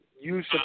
use